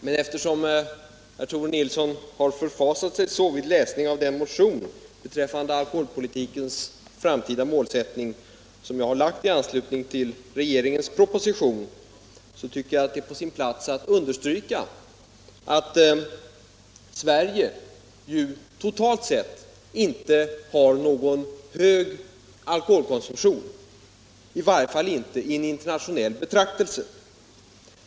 Men eftersom herr Nilsson förfasade sig vid läsningen av den motion beträffande alkoholpolitikens framtida målsättning som jag har väckt i anslutning till regeringens proposition, tycker jag att det är på sin plats att understryka att Sverige totalt sett inte har någon hög alkoholkonsumtion, i varje fall inte vid en internationell jämförelse.